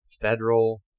federal